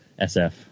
sf